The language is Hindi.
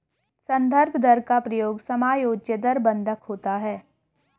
संदर्भ दर का प्रयोग समायोज्य दर बंधक होता है